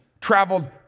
traveled